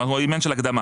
אין פה עניין של הקדמה.